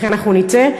ולכן אנחנו נצא,